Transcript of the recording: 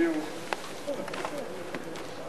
ההצעה להעביר את הצעת חוק שירות ביטחון (תיקון